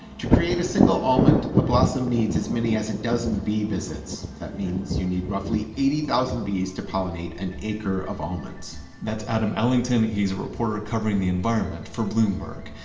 to create a single almond, a blossom needs as many as a dozen bee visits. that means you need roughly eighty thousand bees to pollinate an acre of almonds that's adam allington. he's a reporter covering the environment for bloomberg.